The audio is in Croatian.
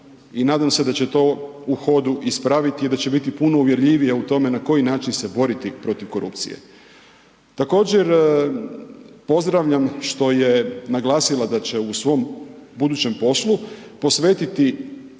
i nadam se da će to u hodu ispraviti da će biti puno uvjerljivija u tome na koji način se boriti protiv korupcije. Također pozdravljam što je naglasila da će u svom budućem poslu posvetiti